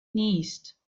نیست